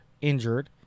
injured